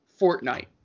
Fortnite